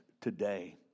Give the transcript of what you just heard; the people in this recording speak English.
today